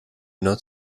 not